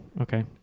Okay